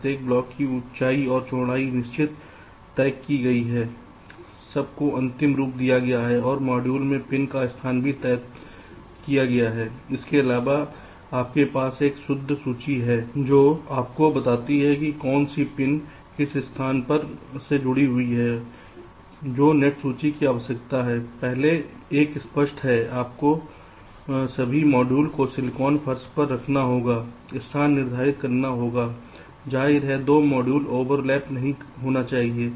प्रत्येक ब्लॉक की ऊंचाई और चौड़ाई निश्चित तय की गई है सब को अंतिम रूप दिया गया है और मॉड्यूल में पिंस का स्थान भी तय किया गया है इसके अलावा आपके पास एक शुद्ध सूची है जो आपको बताती है कि कौन सी पिन किस अन्य पिन से जुड़ी हुई है जो नेट सूची की आवश्यकता है पहले एक स्पष्ट है आपको सभी मॉड्यूल को सिलिकॉन फर्श पर रखना होगा स्थान निर्धारित करना होगा जाहिर है 2 मॉड्यूल ओवरलैप नहीं होना चाहिए